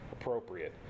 appropriate